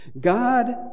God